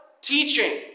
Teaching